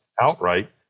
outright